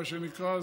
מה שנקרא,